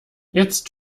jetzt